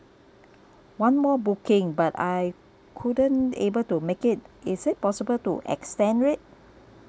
one more booking but I couldn't able to make it is it possible to extend it